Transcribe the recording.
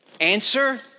Answer